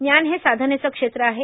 ज्ञान हे साधनेचं क्षेत्र आहे